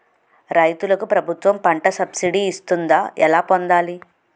రైతులకు ప్రభుత్వం పంట సబ్సిడీ ఇస్తుందా? ఎలా పొందాలి?